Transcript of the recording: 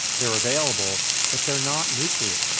they're available, but they're not nuclear.